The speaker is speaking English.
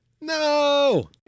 No